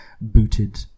booted